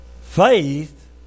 faith